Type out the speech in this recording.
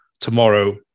tomorrow